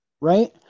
right